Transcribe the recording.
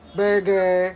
burger